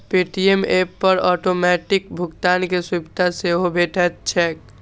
Paytm app पर automatic भुगतान के सुविधा सेहो भेटैत छैक